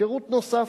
שירות נוסף.